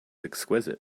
exquisite